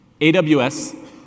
AWS